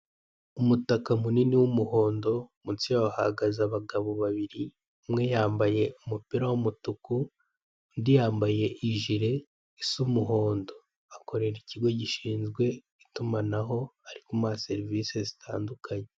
Umutaka munini w'umuhondo, munsi yaho hahagaze abagabo babiri: umwe yambaye umupira w'umutuku undi yambaye ijire isa umuhondo; akorera ikigo gishinzwe itumanaho ari kumuha serivisi zitandukanye.